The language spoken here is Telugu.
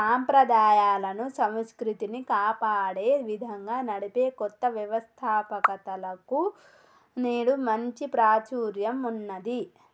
సంప్రదాయాలను, సంస్కృతిని కాపాడే విధంగా నడిపే కొత్త వ్యవస్తాపకతలకు నేడు మంచి ప్రాచుర్యం ఉన్నది